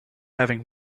having